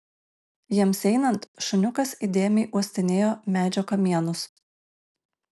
jiems einant šuniukas įdėmiai uostinėjo medžių kamienus